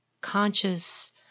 conscious